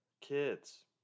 kids